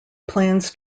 plans